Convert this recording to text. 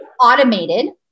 automated